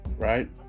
Right